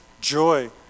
joy